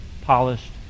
polished